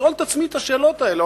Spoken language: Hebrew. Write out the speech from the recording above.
ולשאול את עצמי את השאלות האלה.